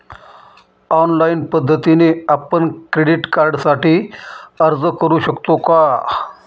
Online पद्धतीने आपण credit कार्डसाठी अर्ज करु शकतो का?